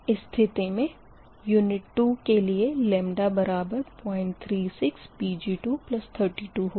इस स्थिति मे यूनिट 2 के लिए बराबर 036 Pg2 32 होगा